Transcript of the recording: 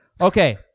Okay